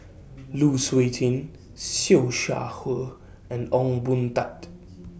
Lu Suitin Siew Shaw Her and Ong Boon Tat